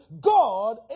God